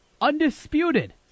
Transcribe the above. undisputed